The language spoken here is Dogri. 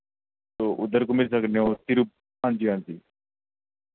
तो उद्धर घुम्मी सकने ओ फिर हांजी हांजी